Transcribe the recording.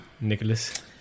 Nicholas